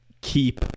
keep